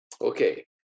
okay